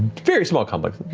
very small complex,